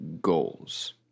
goals